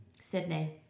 Sydney